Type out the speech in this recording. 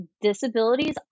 disabilities